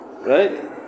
Right